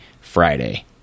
Friday